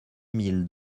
mille